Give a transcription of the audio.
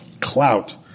clout